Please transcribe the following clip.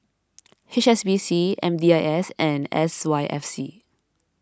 H S B C M D I S and S Y F C